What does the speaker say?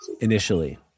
initially